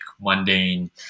mundane